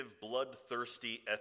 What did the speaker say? bloodthirsty